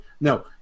no